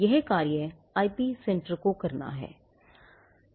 यह कार्य IP centre को करना है